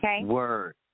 Word